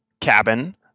cabin